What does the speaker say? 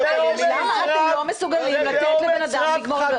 למה אתם לא מסוגלים לתת לבן אדם לגמור לדבר?